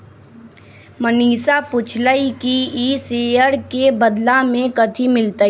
मनीषा पूछलई कि ई शेयर के बदला मे कथी मिलतई